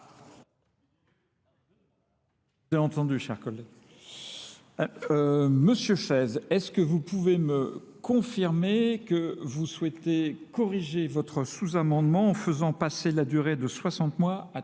J'ai entendu, cher collègue. Monsieur Faise, est-ce que vous pouvez me confirmer que vous souhaitez corriger votre sous-amendement en faisant passer la durée de 60 mois à 36 mois,